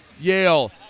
Yale